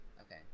okay